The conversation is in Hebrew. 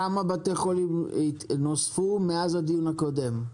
כמה בתי חולים נוספו מאז הדיון הקודם?